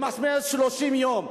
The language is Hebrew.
למסמס 30 יום,